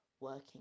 working